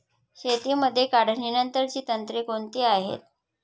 शेतीमध्ये काढणीनंतरची तंत्रे कोणती आहेत?